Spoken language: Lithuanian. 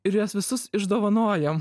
ir juos visus išdovanojom